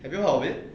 have you heard of it